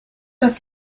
got